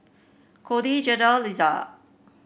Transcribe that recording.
Codey Jada Litzy